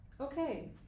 Okay